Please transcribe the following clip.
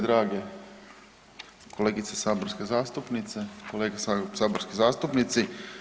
Drage kolegice saborske zastupnice, kolege saborski zastupnici.